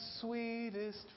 sweetest